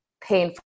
painful